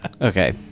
Okay